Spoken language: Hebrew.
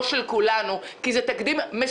יש פה כמה ותיקים,